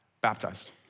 baptized